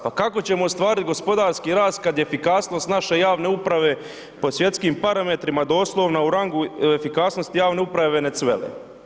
Pa kako ćemo ostvarit gospodarski rast kad efikasnost naše javne uprave po svjetskim parametrima doslovno u rangu efikasnosti javne uprave Venezuele?